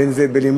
בין אם זה בלימוד,